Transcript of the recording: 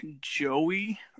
Joey